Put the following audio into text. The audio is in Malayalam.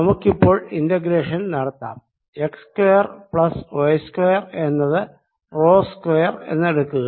നമുക്കിപ്പോൾ ഇന്റഗ്രേഷൻ നടത്താം x square plus y square എന്നത് റോ സ്ക്വയർ എന്ന് എടുക്കുക